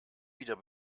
wieder